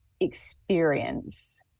experience